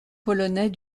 polonais